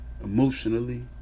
emotionally